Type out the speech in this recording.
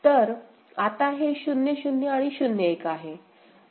तर आता हे 0 0 आणि 0 1 आहे